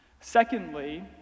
Secondly